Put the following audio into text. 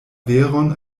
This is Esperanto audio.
veron